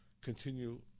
continue